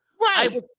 Right